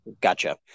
Gotcha